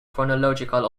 chronological